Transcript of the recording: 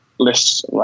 Lists